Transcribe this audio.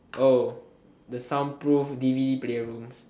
oh the soundproof d_v_d player rooms